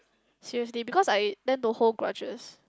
seriously because I tend to hold grudges